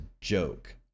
joke